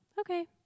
okay